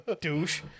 douche